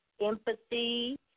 empathy